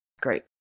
Great